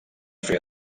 feia